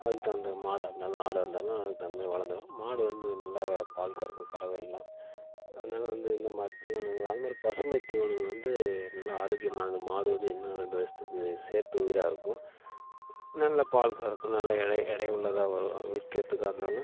அதுக்கு தகுந்த மாடாக இருந்தாலும் ஆடாக இருந்தாலும் அதுக்கு தகுந்தமாதிரி வளந்துடும் மாடு வந்து நல்ல பால் கறக்கும் கறவைல்லாம் அதனால் வந்து இந்தமாதிரி தீவனங்கல்லாம் அதுமாதிரி பசுமை தீவனங்கள் வந்து நல்ல ஆரோக்கியமானது மாடு வந்து இன்னும் ரெண்டு வருஷத்துக்கு சேர்த்து உயிராக இருக்கும் நல்ல பால் கறக்கும் நல்ல எடை எடை உள்ளதாக வரும் விற்கிறதுக்கா இருந்தாலும்